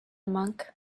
monk